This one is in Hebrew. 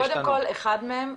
קודם כל אחד מהם,